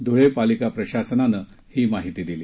धुळे पालिका प्रशासनानं ही माहिती दिली